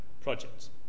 projects